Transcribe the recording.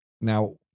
now